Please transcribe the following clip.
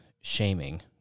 shaming